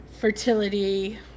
fertility